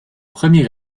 premiers